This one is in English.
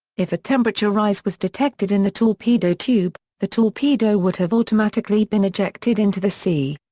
if a temperature rise was detected in the torpedo tube, the torpedo would have automatically been ejected into the sea.